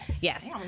Yes